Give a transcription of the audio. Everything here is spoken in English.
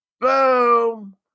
Boom